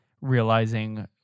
realizing